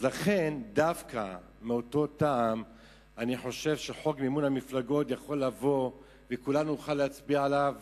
דווקא מאותו טעם חוק מימון המפלגות יכול לבוא וכולנו נוכל להצביע עליו